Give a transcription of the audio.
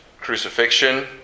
crucifixion